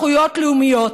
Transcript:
זכויות לאומיות,